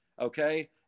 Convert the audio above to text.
okay